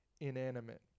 inanimate